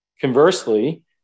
Conversely